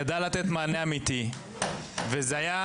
ידעה לתת מענה אמיתי וזה היה